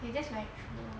they are just very cruel